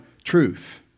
Truth